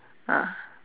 ah